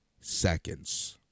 seconds